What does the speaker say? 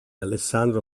alessandro